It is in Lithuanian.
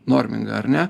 normingą ar ne